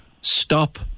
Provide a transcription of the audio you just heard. stop